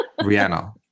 Rihanna